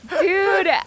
Dude